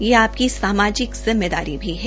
यह आपकी सामाजिक जिम्मेदारी भी है